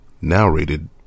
narrated